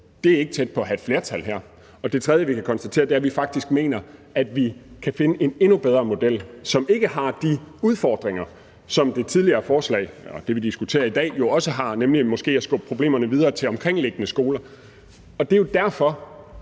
i dag, ikke er tæt på at have et flertal. Og det tredje, vi kan konstatere, er, at vi faktisk mener, at vi kan finde en bedre model, som ikke har de udfordringer, som det, vi diskuterer i dag, jo også har, nemlig at skubbe problemerne videre til omkringliggende skoler. Altså, vi mener